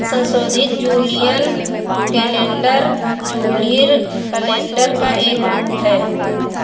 संशोधित Julian calendar Julian calendar का एक रूप है